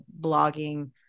blogging